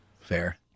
Fair